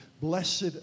Blessed